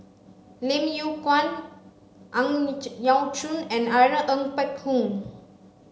Lim Yew Kuan Ang Yau Choon and Irene Ng Phek Hoong